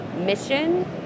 mission